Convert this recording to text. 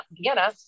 Vienna